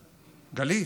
גלית,